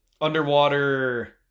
underwater